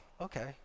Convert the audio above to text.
okay